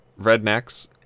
Rednecks